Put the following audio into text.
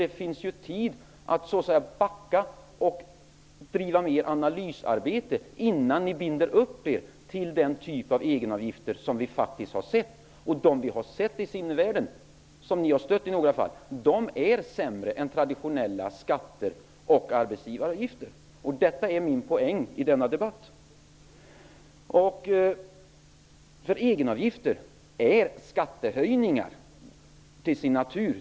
Det finns tid att backa och driva ett mer analytiskt arbete innan ni binder upp er till den typ av egenavgift som vi har sett. De egenavgifter vi har sett i sinnevärlden, och som ni har stött, är sämre än traditionella skatter och arbetsgivaravgifter. Detta är min poäng i denna debatt. Egenavgifter är till sin natur skattehöjningar.